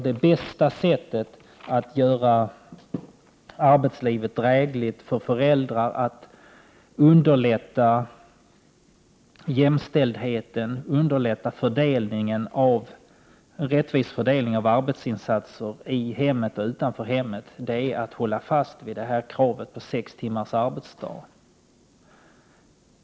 Det bästa sättet att göra arbetslivet drägligt för föräldrar, att underlätta jämställdheten, underlätta en rättvis fördelning av arbetsinsatser i hemmet och utanför hemmet, är att hålla fast vid kravet på sex timmars arbetsdag.